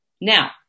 Now